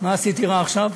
מה עשיתי רע עכשיו?